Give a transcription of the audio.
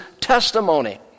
testimony